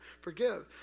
forgive